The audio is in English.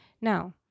now